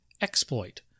Exploit